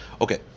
Okay